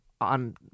on